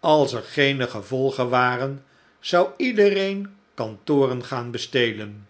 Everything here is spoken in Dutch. als er geene gevolgen waren zou iedereen kantoren gaaa bestelen